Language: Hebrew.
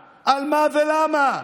ולמה?